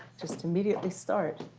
just immediately start?